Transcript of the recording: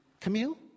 Camille